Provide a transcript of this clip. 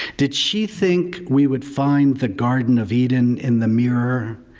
did she think we would find the garden of eden in the mirror?